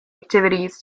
activities